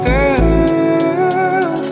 Girl